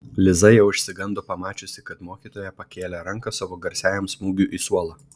liza jau išsigando pamačiusi kad mokytoja pakėlė ranką savo garsiajam smūgiui į suolą